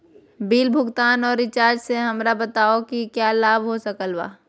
Bill भुगतान और recharge से हमरा बताओ कि क्या लाभ हो सकल बा?